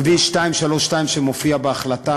כביש 232 שמופיע בהחלטה,